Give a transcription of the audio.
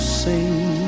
sing